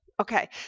Okay